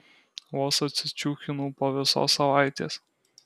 vos atsičiūchinau po visos savaitės